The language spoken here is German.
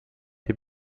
die